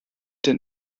den